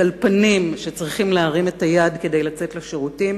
טלפנים שצריכים להרים את היד כדי לצאת לשירותים